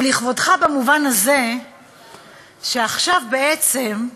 הוא לכבודך במובן הזה שעכשיו, בעצם,